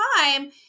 time